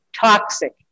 toxic